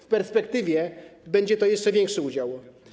W perspektywie będzie to jeszcze większy udział.